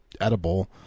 edible